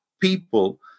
people